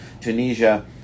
Tunisia